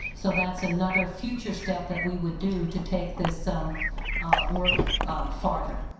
so that's another future step that we would do to take this um work farther.